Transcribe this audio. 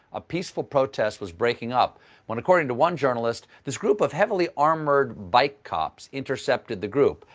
a peaceful protest was breaking up when, according to one journalist, this group of heavily armored bike cops intercepted the group,